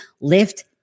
lift